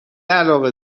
علاقه